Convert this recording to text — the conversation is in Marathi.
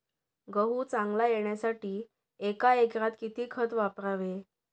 गहू चांगला येण्यासाठी एका एकरात किती खत वापरावे?